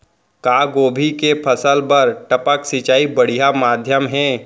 का गोभी के फसल बर टपक सिंचाई बढ़िया माधयम हे?